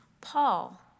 Paul